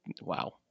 wow